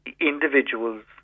individuals